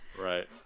Right